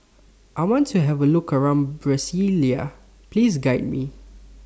I want to Have A Look around Brasilia Please Guide Me